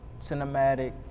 Cinematic